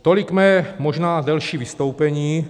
Tolik možná mé delší vystoupení.